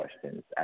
questions